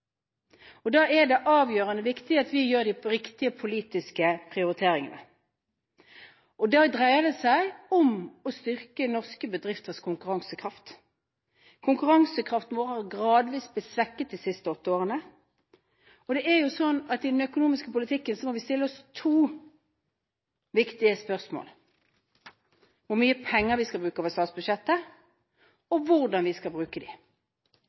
fremtid. Da er det avgjørende viktig at vi gjør de riktige politiske prioriteringene. Da dreier det seg om å styrke norske bedrifters konkurransekraft. Konkurransekraften vår har gradvis blitt svekket de siste åtte årene. Det er sånn at i den økonomiske politikken må vi stille oss to viktige spørsmål: Hvor mye penger vi skal bruke over statsbudsjettet, og hvordan vi skal bruke dem. Budsjettforliket mellom de